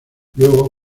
luego